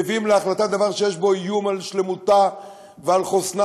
מביאים להחלטה דבר שיש בו איום על שלמותה ועל חוסנה